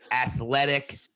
athletic